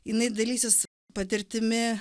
jinai dalysis patirtimi